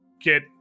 get